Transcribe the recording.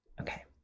Okay